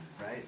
right